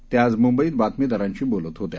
त्या आज मुंबईत बातमीदारांशी बोलत होत्या